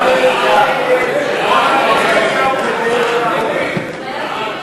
ההצעה להסיר מסדר-היום את הצעת חוק המשטרה (תיקון,